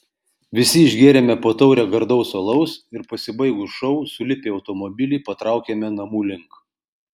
visi išgėrėme po taurę gardaus alaus ir pasibaigus šou sulipę į automobilį patraukėme namų link